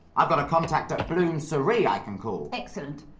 i've got a contact at bloom-souris i can call. excellent.